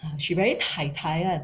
ah she very tai tai [one]